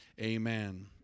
Amen